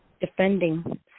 defending